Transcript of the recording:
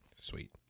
Sweet